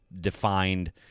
defined